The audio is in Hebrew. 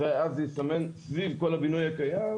אז נסמן סביב כל הבינוי הקיים